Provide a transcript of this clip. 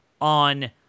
on